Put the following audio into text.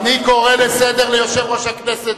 אני קורא לסדר את יושב-ראש הכנסת,